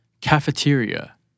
cafeteria